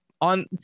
on